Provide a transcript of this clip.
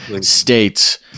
states